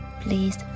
Please